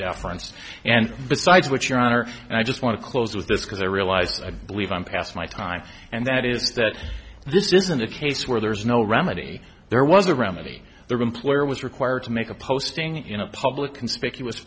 deference and besides which your honor and i just want to close with this because i realize i believe i'm past my time and that is that this isn't a case where there is no remedy there was a remedy their employer was required to make a posting in a public conspicuous